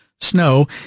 Snow